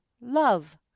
love